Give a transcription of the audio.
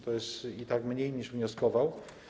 To jest i tak mniej, niż wnioskował.